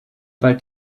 bald